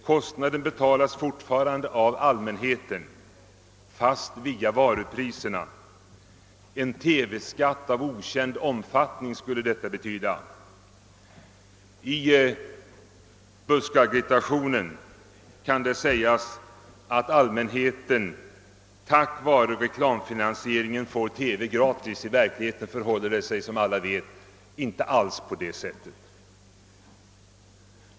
Kostnaden betalas fortfarande av allmänheten fast via varupriserna. Det skulle bli en TV-skatt av okänd storlek. I buskagitationen kan det sägas att allmänheten får TV gratis tack vare reklamfinansiering, men i verkligheten förhåller det sig som alla vet inte alls på det sättet.